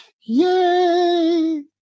Yay